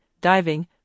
diving